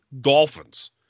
dolphins